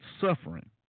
Suffering